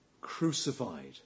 crucified